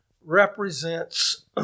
represents